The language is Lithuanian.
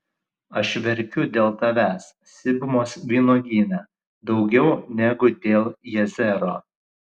aš verkiu dėl tavęs sibmos vynuogyne daugiau negu dėl jazero